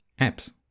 apps